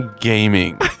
Gaming